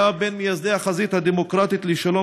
היה בין מייסדי החזית הדמוקרטית לשלום